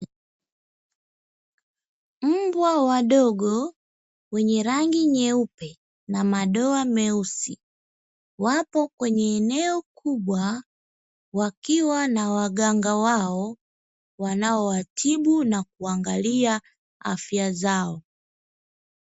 Mbwa wadogo wenye rangi nyeupe na madoa meusi, wapo kwenye eneo kubwa wakiwa na waganga wao wanaowatibu na kuangalia afya zao.